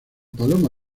paloma